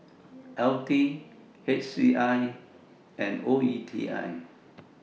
LT HCI and OETI